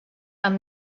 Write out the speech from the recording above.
amb